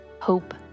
hope